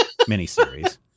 miniseries